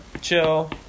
Chill